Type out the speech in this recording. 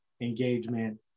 engagement